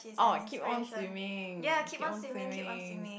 orh keep on swimming keep on swimming